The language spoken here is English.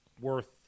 worth